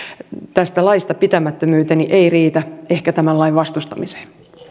tästä laista pitämättömyyteni eivät ehkä riitä tämän lain vastustamiseen